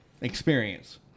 experience